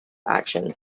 action